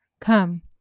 Come